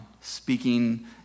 speaking